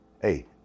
Hey